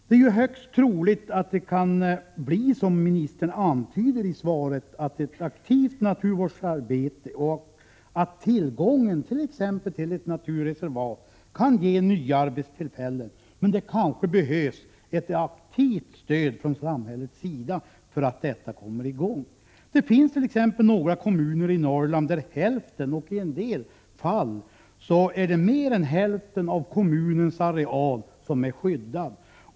Det är högst troligt att, som ministern antyder i svaret, ett aktivt naturvårdsarbete och tillgång till naturreservat kan ge nya arbetstillfällen. Men det behövs kanske ett aktivt stöd från samhällets sida för att detta skall komma i gång. Det finns några kommuner i Norrland där hälften —i en del fall mer än hälften — av kommunernas arealer är skyddade.